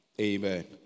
amen